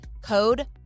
Code